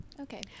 Okay